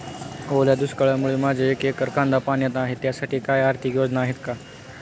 ओल्या दुष्काळामुळे माझे एक एकर कांदा पाण्यात आहे त्यासाठी काही आर्थिक योजना आहेत का?